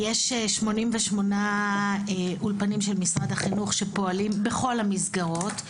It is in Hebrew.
יש 88 אולפנים של משרד החינוך שפועלים בכל המסגרות.